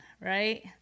right